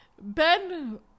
Ben